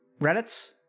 Reddits